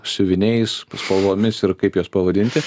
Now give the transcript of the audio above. siuviniais spalvomis ir kaip juos pavadinti